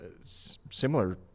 similar